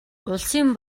улсын